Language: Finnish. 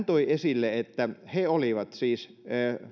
toi esille että he olivat siis